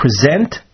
present